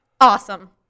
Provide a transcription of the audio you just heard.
Awesome